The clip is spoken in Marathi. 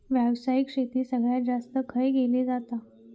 व्यावसायिक शेती सगळ्यात जास्त खय केली जाता?